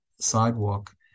sidewalk